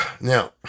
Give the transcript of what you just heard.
Now